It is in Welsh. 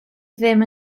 ddim